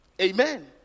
Amen